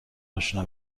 اشنا